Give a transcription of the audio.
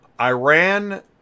Iran